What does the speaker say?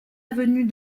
avenue